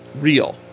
real